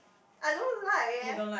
I don't like eh